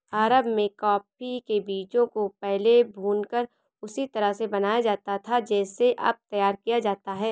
अरब में कॉफी के बीजों को पहले भूनकर उसी तरह से बनाया जाता था जैसे अब तैयार किया जाता है